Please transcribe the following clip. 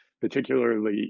particularly